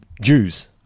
Jews